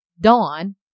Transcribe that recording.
Dawn